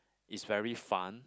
is very fun